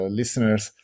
listeners